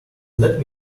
let